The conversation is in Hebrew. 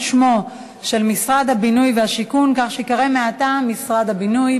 שמו של משרד הבינוי והשיכון כך שייקרא מעתה: משרד הבינוי.